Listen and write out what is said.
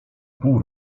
pół